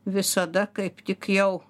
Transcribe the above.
visada kaip tik jau